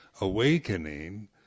awakening